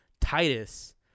Titus